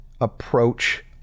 approach